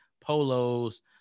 polos